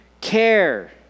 care